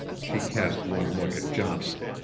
she cast one look at johnson.